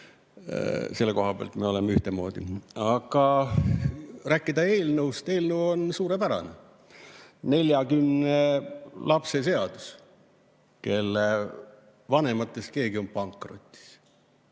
Selle koha pealt me oleme ühtemoodi. Aga rääkides eelnõust: eelnõu on suurepärane. 40 lapse seadus, kelle vanematest keegi on pankrotis.